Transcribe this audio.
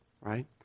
Right